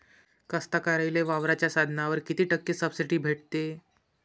कास्तकाराइले वावराच्या साधनावर कीती टक्के सब्सिडी भेटते?